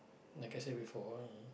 like I said before